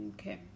okay